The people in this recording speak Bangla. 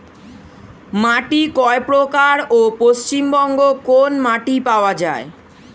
মাটি কয় প্রকার ও পশ্চিমবঙ্গ কোন মাটি পাওয়া য়ায়?